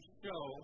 show